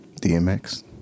DMX